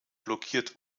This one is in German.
blockiert